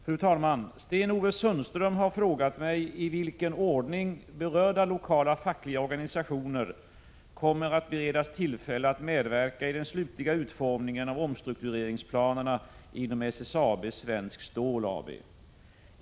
Fru talman! Sten-Ove Sundström har frågat mig i vilken ordning berörda lokala fackliga organisationer kommer att beredas tillfälle att medverka i den slutliga utformningen av omstruktureringsplanerna inom SSAB Svenskt Stål AB.